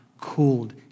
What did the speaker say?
cooled